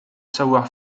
savoir